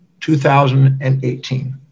2018